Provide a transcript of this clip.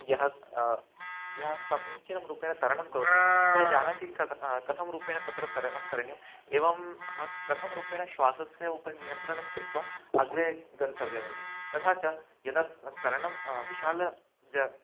यः यः समीचीनं रूपेण तरणं करोति सः जानाति कथं कथं रूपेण तत्र तरणं करणीयम् एवं ह कथं रूपेण श्वासस्य उपरि नियन्त्रणं कृत्वा अग्रे गन्तव्यम् इति तथा च यदा तरणं विशालं ज